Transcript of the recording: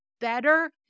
better